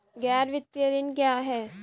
गैर वित्तीय ऋण क्या है?